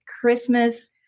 Christmas